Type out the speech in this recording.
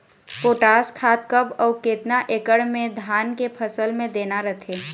Potash खाद कब अऊ केतना एकड़ मे धान के फसल मे देना रथे?